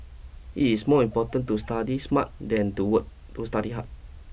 it is more important to study smart than to work to study hard